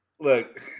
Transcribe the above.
look